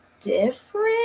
different